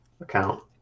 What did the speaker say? account